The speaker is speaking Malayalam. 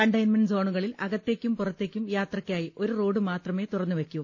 കണ്ടെയ്ൻമെന്റ് സോണുകളിൽ അകത്തേക്കും പുറത്തേക്കും യാത്രക്കായി ഒരു റോഡ് മാത്രമേ തുറന്നുവെയ്ക്കൂ